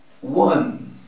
one